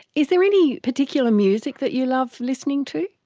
is there any particular music that you love listening to?